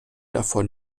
davor